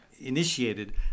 initiated